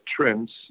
trends